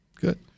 Good